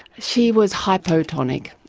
she was hypotonic.